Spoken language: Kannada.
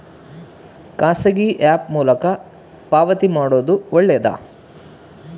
ಖಾಸಗಿ ಆ್ಯಪ್ ಮೂಲಕ ಪಾವತಿ ಮಾಡೋದು ಒಳ್ಳೆದಾ?